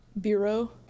Bureau